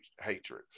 hatred